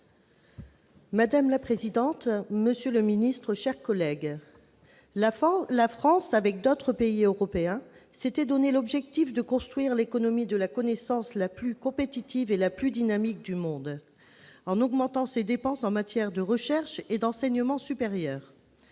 groupe communiste républicain citoyen et écologiste. La France, avec d'autres pays européens, s'était donné l'objectif de construire « l'économie de la connaissance la plus compétitive et la plus dynamique du monde » en augmentant ses dépenses en matière de recherche et d'enseignement supérieur.